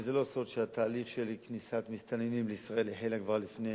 לא סוד שתהליך כניסת מסתננים לישראל החל לפני